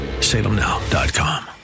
Salemnow.com